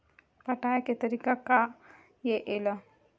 पटाय के तरीका का हे एला?